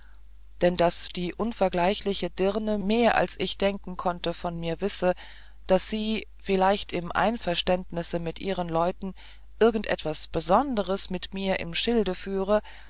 denn daß die unvergleichliche dirne mehr als ich denken konnte von mir wisse daß sie vielleicht im einverständnisse mit ihren leuten irgend etwas besonderes mit mir im schilde führe